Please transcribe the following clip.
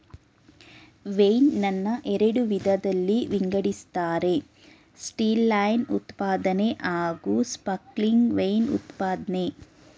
wine ನನ್ನ ಎರಡು ವಿಧದಲ್ಲಿ ವಿಂಗಡಿಸ್ತಾರೆ ಸ್ಟಿಲ್ವೈನ್ ಉತ್ಪಾದನೆ ಹಾಗೂಸ್ಪಾರ್ಕ್ಲಿಂಗ್ ವೈನ್ ಉತ್ಪಾದ್ನೆ